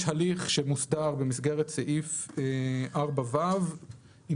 יש הליך שמוסדר במסגרת סעיף 4ו עם